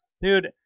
dude